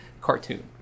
cartoon